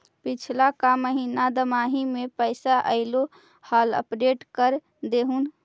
पिछला का महिना दमाहि में पैसा ऐले हाल अपडेट कर देहुन?